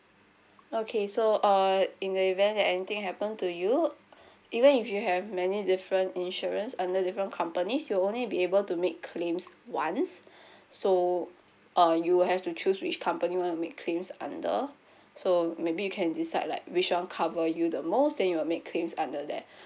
okay so uh in the event that anything happen to you even if you have many different insurance under different companies you'll only be able to make claims once so uh you will have to choose which company you want to make claims under so maybe you can decide like which one cover you the most then you'll make claims under that